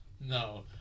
No